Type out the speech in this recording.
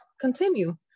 continue